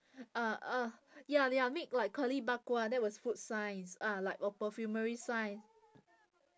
uh uh ya ya make like curly bak kwa that was food science ah like uh perfumery science